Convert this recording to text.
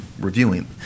reviewing